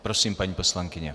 Prosím, paní poslankyně.